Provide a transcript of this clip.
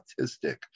autistic